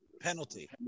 penalty